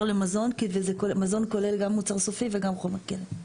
למזון כי מזון כולל גם מוצר סופי וגם חומר גלם.